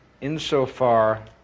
insofar